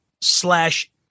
slash